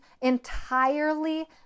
entirely